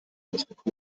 ausgekugelt